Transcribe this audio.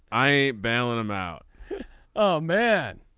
i bailing them out. oh man.